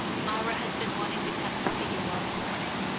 myra has been wanting to come to see you all the morning,